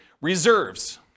reserves